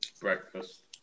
breakfast